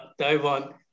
Taiwan